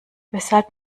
weshalb